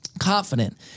confident